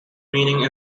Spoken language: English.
meaning